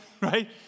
right